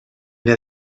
der